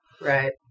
Right